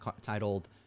titled